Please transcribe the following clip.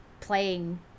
playing